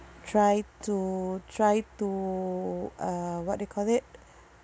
try to try to uh what do you call it